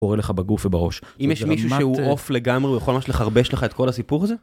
קורא לך בגוף ובראש, אם יש מישהו שהוא אוף לגמרי, הוא יכול ממש לחרבש לך את כל הסיפור הזה?